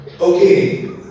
Okay